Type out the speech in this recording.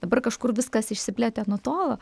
dabar kažkur viskas išsiplėtė nutolo